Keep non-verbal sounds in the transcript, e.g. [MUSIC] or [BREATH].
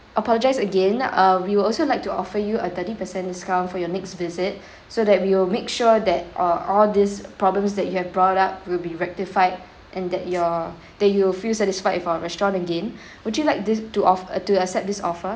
apologise again uh we would also like to offer you a thirty percent discount for your next visit [BREATH] so that we will make sure that uh all these problems that you have brought up will be rectified and that your [BREATH] that you'll feel satisfied with our restaurant again [BREATH] would you like this two of uh to accept this offer